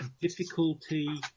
difficulty